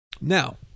Now